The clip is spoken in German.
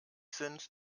sind